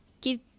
Give